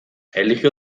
erlijio